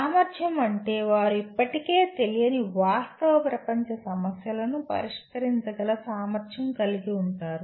సామర్థ్యం అంటే వారు ఇప్పటికే తెలియని వాస్తవ ప్రపంచ సమస్యలను పరిష్కరించగల సామర్థ్యం కలిగి ఉంటారు